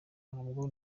ntabwo